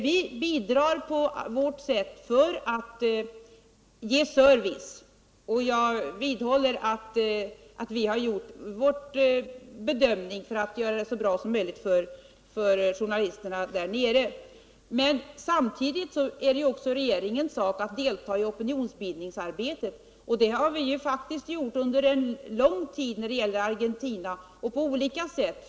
Vi bidrar på vårt sätt för att ge service, och jag vidhåller att vi har gjort en god bedömning när det gäller att göra förutsättningarna så bra som möjligt för journalisterna där nere. Men samtidigt är det också regeringens sak att delta i opinionsbildningsarbetet, och det har vi faktiskt gjort under lång tid och på olika sätt när det gäller Argentina.